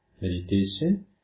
Meditation